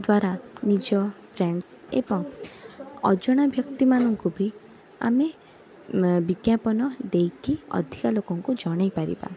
ଦ୍ଵାରା ନିଜ ଫ୍ରେଣ୍ଡସ ଏବଂ ଅଜଣା ବ୍ୟକ୍ତିମାନଙ୍କୁ ବି ଆମେ ଅଁ ବିଜ୍ଞାପନ ଦେଇକି ଅଧିକାଲୋକଙ୍କୁ ଜଣେଇ ପାରିବା